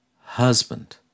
husband